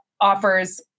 offers